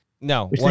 no